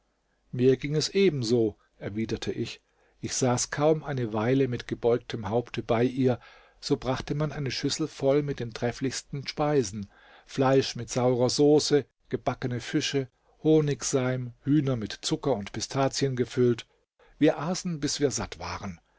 mir ging es ebenso erwiderte ich ich saß kaum eine weile mit gebeugtem haupte bei ihr so brachte man eine schüssel voll mit den trefflichsten speisen fleisch mit saurer sauce gebackene fische honigseim hühner mit zucker und pistazien gefüllt wir aßen bis wir satt waren